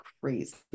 crazy